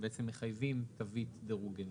שמחייבים תווית דירוג אנרגטי.